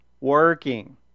working